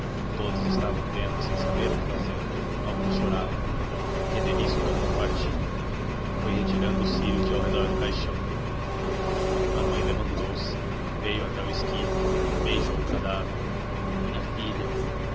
todos estavam vendo sem saber o que fazer alguns choravam genelício tomou um partido foi retirando os círios de ao redor do caixão a mãe levantou-se veio até ao esquife beijou o cadáver minha filha